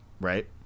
right